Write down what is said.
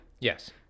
Yes